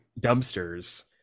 dumpsters